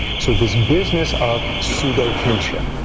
so this business of pseudo kinship.